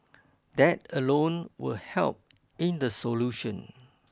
that alone will help in the solution